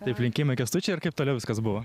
taip linkėjimai kęstučiui ir kaip toliau viskas buvo